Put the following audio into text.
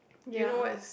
do you know what is